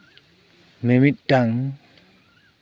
ᱢᱤᱢᱤᱫᱴᱟᱝ